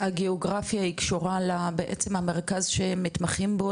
הגאוגרפיה היא קשורה בעצם המרכז שמתמחים בו